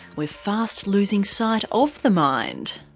we're fast losing sight of the mind.